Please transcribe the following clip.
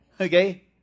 okay